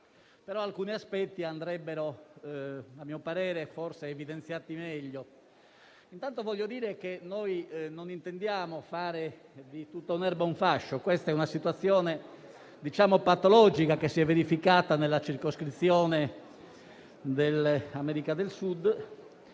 ma alcuni aspetti andrebbero - a mio parere - evidenziati meglio. Desidero innanzitutto dire che non intendiamo fare di tutta l'erba un fascio: questa è una situazione patologica che si è verificata nella circoscrizione dell'America del Sud,